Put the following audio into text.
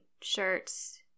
shirts